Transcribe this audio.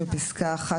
(1)בפסקה (1),